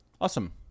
awesome